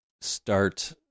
start